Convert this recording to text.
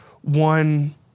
one